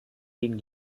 gegen